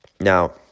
Now